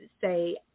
say